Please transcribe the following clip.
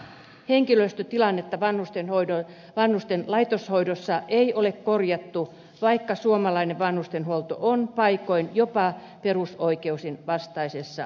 henkilöstötilannetta vanhusten laitoshoidossa ei ole korjattu vaikka suomalainen vanhustenhuolto on paikoin jopa perusoikeuksien vastaisessa tilassa